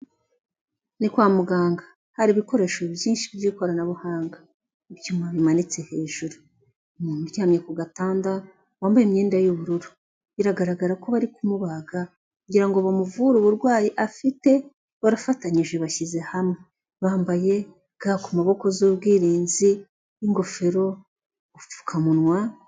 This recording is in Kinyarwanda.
Ni kwa muganga hari ibikoresho byinshi byikoranabuhanga, ibyuma bimanitse hejuru. Umuntu uryamye ku gatanda wambaye imyenda y'ubururu biragaragara ko bari kumubaga, kugirango ngo bamuvure uburwayi afite, barafatanyije bashyize hamwe . Bambaye ga ku maboko z'ubwirinzi n'ingofero, udupfukamunwa.